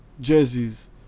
jerseys